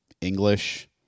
English